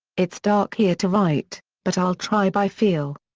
it's dark here to write, but i'll try by feel.